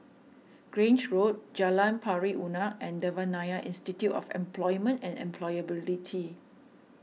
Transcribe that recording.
Grange Road Jalan Pari Unak and Devan Nair Institute of Employment and Employability